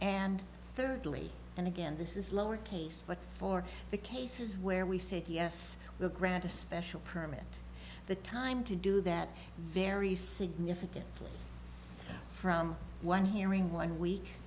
and thirdly and again this is lower case but for the cases where we say yes we grant a special permit the time to do that very significantly from one hearing one week